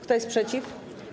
Kto jest przeciw?